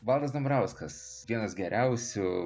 valdas dambrauskas vienas geriausių